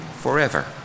forever